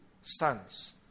sons